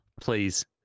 please